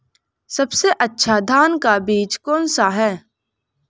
सबसे अच्छा धान का बीज कौन सा होता है?